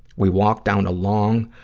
we walked down a long,